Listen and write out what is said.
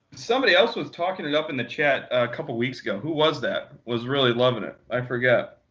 somebody else was talking it up in the chat a couple of weeks ago. who was that, was really loving it? i forget.